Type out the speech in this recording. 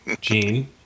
Gene